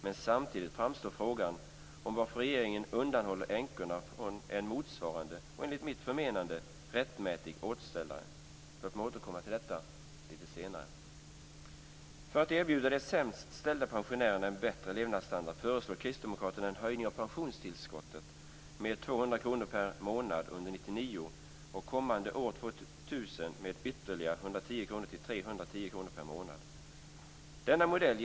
Men samtidigt uppstår frågan varför regeringen undanhåller änkorna en motsvarande och, enligt mitt förmenande, rättmätig återställare. Låt mig återkomma till detta lite senare. För att erbjuda de sämst ställda pensionärerna en bättre levnadsstandard föreslår Kristdemokraterna en höjning av pensionstillskottet med 200 kr per månad under 1999 och med ytterligare 110 kr till 310 kr per månad år 2000.